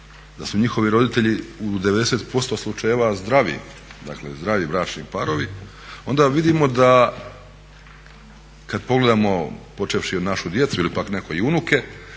da su njihovi roditelji u 90% slučajeva zdravi, dakle zdravi bračni parovi onda vidimo da kad pogledamo počevši od našu djecu ili neko pak neko i unuke